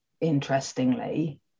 Interestingly